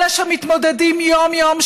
אלה שמתמודדים יום-יום,